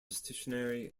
stationary